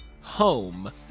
home